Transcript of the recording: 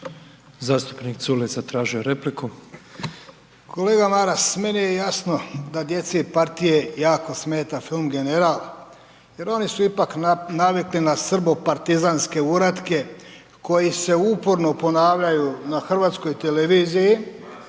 je repliku. **Culej, Stevo (HDZ)** Kolega Maras, meni je jasno da djeci partije jako smeta film „General“ jer oni su ipak navikli na srbopartizanske uratke koji se uporno ponavljaju na HTV gdje već i